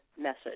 message